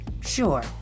sure